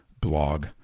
blog